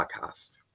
podcast